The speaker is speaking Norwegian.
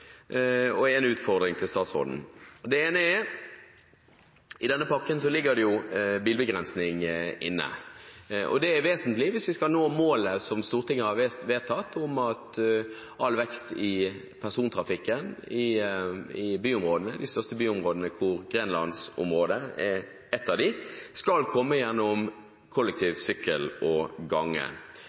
merknader og en utfordring til statsråden. Det ene er at i denne pakken ligger det inne en bilbegrensning. Det er vesentlig hvis vi skal nå målet som Stortinget har vedtatt om at all vekst i persontrafikken i de største byområdene – Grenlandsområdet er ett av dem – skal komme gjennom kollektiv, sykkel og gange.